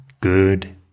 good